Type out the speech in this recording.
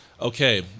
okay